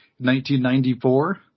1994